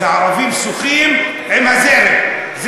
אז הערבים שוחים עם הזרם.